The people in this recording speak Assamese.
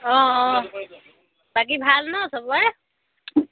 অঁ অঁ বাকী ভাল ন চবৰে